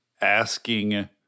asking